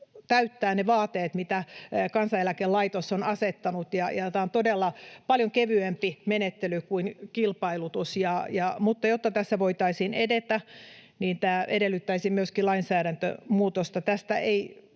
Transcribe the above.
täyttää ne vaateet, mitä Kansaneläkelaitos on asettanut. Tämä on todella paljon kevyempi menettely kuin kilpailutus. Mutta jotta tässä voitaisiin edetä, tämä edellyttäisi myöskin lainsäädäntömuutosta. Tästä ei